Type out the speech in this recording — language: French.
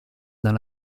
dans